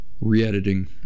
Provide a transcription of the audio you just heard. re-editing